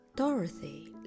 Dorothy